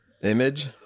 image